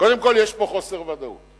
קודם כול, יש פה חוסר ודאות.